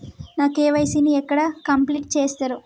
నా కే.వై.సీ ని ఎక్కడ కంప్లీట్ చేస్తరు?